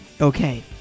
Okay